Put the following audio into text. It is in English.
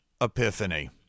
epiphany